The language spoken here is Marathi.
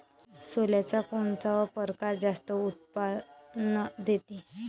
सोल्याचा कोनता परकार जास्त उत्पन्न देते?